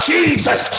Jesus